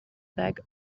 back